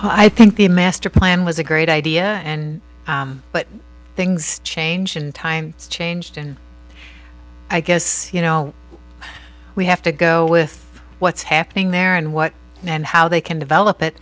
i think the master plan was a great idea and but things change in time changed and i guess you know we have to go with what's happening there and what and how they can develop it